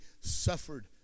suffered